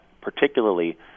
particularly